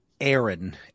Aaron